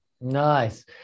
Nice